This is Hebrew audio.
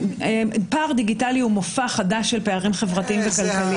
פער דיגיטלי הוא מופע חדש של פערים חברתיים וכלכליים,